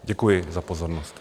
Děkuji za pozornost.